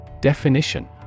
definition